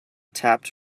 tapped